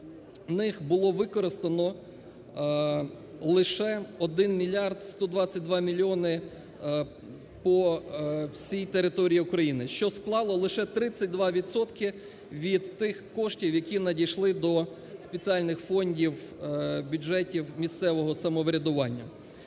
з них було використано лише 1 мільярд 122 мільйони по всій території України, що склало лише 32 відсотки від тих коштів, які надійшли до спеціальних фондів бюджетів місцевого самоврядування.